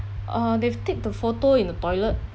uh they've take the photo in a toilet